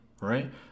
right